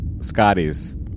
Scotty's